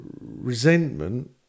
resentment